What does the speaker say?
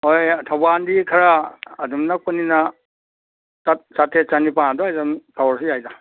ꯍꯣꯏ ꯊꯧꯕꯥꯟꯗꯤ ꯈꯔ ꯑꯗꯨꯝ ꯅꯛꯄꯅꯤꯅ ꯆꯥꯇ꯭ꯔꯦꯠ ꯆꯥꯅꯤꯄꯥꯟ ꯑꯗꯥꯏꯗ ꯑꯗꯨꯝ ꯇꯧꯔꯁꯨ ꯌꯥꯏꯗ